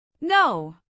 No